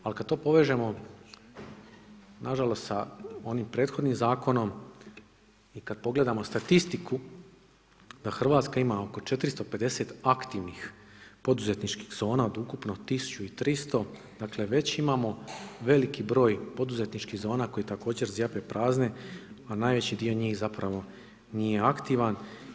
Ali kad to povežemo na žalost sa onim prethodnim zakonom i kad pogledamo statistiku da Hrvatska ima oko 450 aktivnih poduzetničkih zona od ukupno 1300, dakle već imamo veliki broj poduzetničkih zona koje također zjape prazni, a najveći dio njih zapravo nije aktivan.